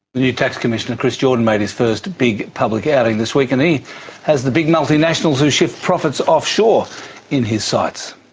the new tax commissioner chris jordan made his first big public outing this week and he has the big multinationals who shift profits offshore in his sights.